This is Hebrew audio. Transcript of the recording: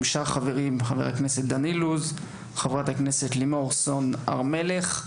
החברים חברי הכנסת דן אילוז ולימור סון הר מלך,